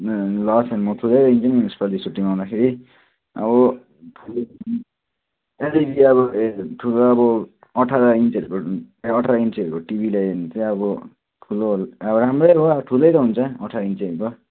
ल त म ठुलै ल्याइदिन्छु नि यसपालि छुट्टीमा आउँदाखेरि अब ठुलो अब अठार इन्चको टिभी ल्यायो भने चाहिँ ठुलो अब राम्रै हो ठुलै त हुन्छ अठार इन्चहरूको